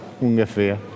ungefähr